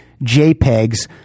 JPEGs